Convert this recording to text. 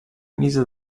mise